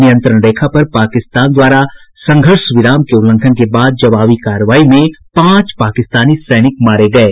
नियंत्रण रेखा पर पाकिस्तान द्वारा संघर्ष विराम के उल्लंघन के बाद जवाबी कार्रवाई में पांच पाकिस्तानी सैनिक मारे गये